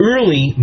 Early